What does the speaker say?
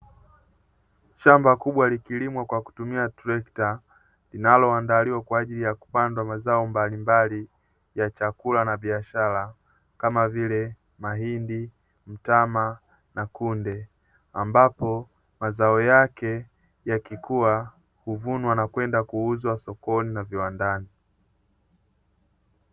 Shamba kubwa likilimwa kwa kutumia trekta linaloandaliwa kwa ajili ya kupandwa mazao mbalimbali ya chakula na biashara kama vile mahindi, mtama na kunde ambapo mazao yake yakikua huvunwa na kwenda kuuzwa masokoni na viwandani.